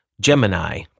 Gemini